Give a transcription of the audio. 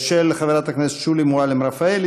של חברת הכנסת שולי מועלם-רפאלי,